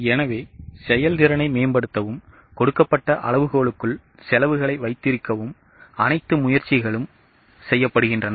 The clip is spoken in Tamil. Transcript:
எனவே செயல்திறனை மேம்படுத்தவும் கொடுக்கப்பட்ட அளவுகோலுக்குள் செலவுகளை வைத்திருக்கவும் அனைத்து முயற்சிகளும் செய்யப்படுகின்றன